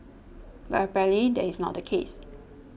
but apparently that is not the case